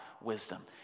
wisdom